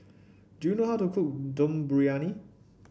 do you know how to cook Dum Briyani